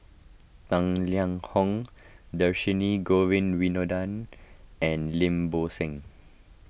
Tang Liang Hong Dhershini Govin Winodan and Lim Bo Seng